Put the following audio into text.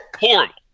Horrible